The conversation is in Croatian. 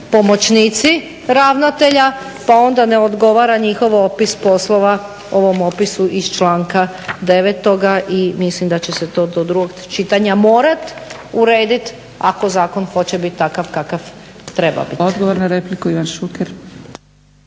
pomoćnici ravnatelja pa onda ne odgovara njihov opis poslova ovom opisu iz članka 9. I mislim da će se to do drugog čitanja morati urediti, ako zakon hoće biti takav kakav treba biti.